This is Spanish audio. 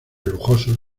lujosos